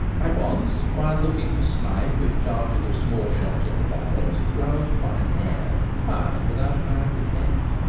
i once, while looking for snipe with charges of small shot in the barrels, roused a fine hare, and fired without apparent effect.